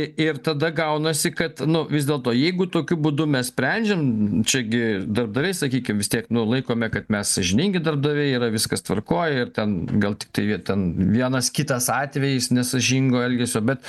i ir tada gaunasi kad nu vis dėlto jeigu tokiu būdu mes sprendžiam čia gi darbdaviai sakykim vis tiek nu laikome kad mes sąžiningi darbdaviai yra viskas tvarkoj ir ten gal tiktai jie ten vienas kitas atvejis nesąžingo elgesio bet